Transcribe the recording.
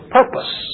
purpose